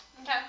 Okay